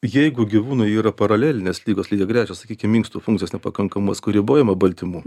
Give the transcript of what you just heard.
jeigu gyvūnui yra paralelinės lygos lygiagrečios sakykim inkstų funkcijos nepakankamumas kur ribojama baltymų